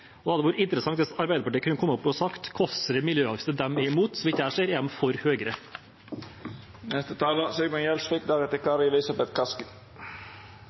hadde vært interessant hvis Arbeiderpartiet kunne komme opp og si hvilke miljøavgifter de er imot. Så vidt jeg ser, er de for